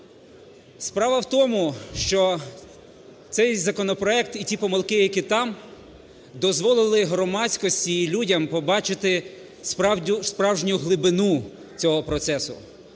Справа в тому, що цей законопроект і ті помилки, які там дозволили громадськості і людям побачити справжню глибину цього процесу,